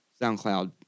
SoundCloud